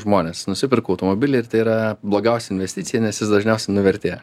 žmonės nusiperka automobilį ir tai yra blogiausia investicija nes jis dažniausiai nuvertėja